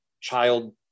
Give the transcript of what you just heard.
child